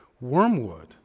wormwood